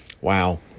Wow